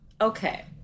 okay